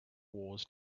wars